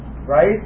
right